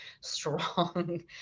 strong